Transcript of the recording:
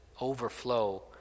overflow